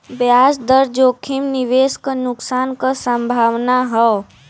ब्याज दर जोखिम निवेश क नुकसान क संभावना हौ